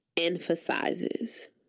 emphasizes